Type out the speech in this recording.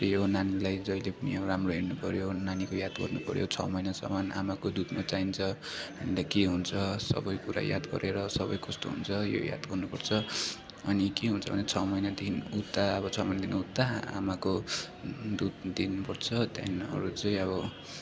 त्यही हो नानीलाई जहिले पनि अब राम्रो हेर्नुपर्यो नानीको याद गर्नुपर्यो छ महिनासम्म आमाको दुधमा चाहिन्छ अन्त के हुन्छ सबै कुरा याद गरेर सबै कस्तो हुन्छ यो याद गर्नुपर्छ अनि के हुन्छ भने छ महिनादेखि उता अब छ महिनादेखि उता आमाको दुध दिनुपर्छ त्यहाँदेखि अरू चाहिँ अब